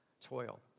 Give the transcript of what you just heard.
Toil